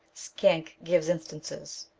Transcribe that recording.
schenk gives instances.